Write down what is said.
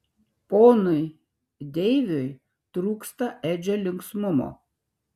ponui deiviui trūksta edžio linksmumo